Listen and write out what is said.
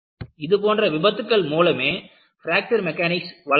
இதுபோன்ற விபத்துக்கள் மூலமே பிராக்சர் மெக்கானிக்ஸ் வளர்ந்தது